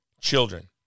children